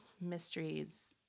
mysteries